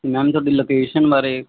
ਇਹਨਾ ਦੀ ਲੋਕੇਸ਼ਨ ਬਾਰੇ